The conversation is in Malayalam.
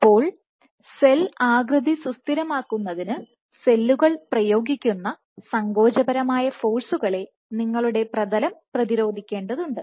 അപ്പോൾ സെൽ ആകൃതി സുസ്ഥിരമാക്കുന്നതിന്സെല്ലുകൾ പ്രയോഗിക്കുന്ന സങ്കോചപരമായ ഫോഴ്സുകളെ നിങ്ങളുടെ പ്രതലം പ്രതിരോധിക്കേണ്ടതുണ്ട്